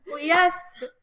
yes